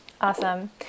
Awesome